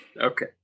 Okay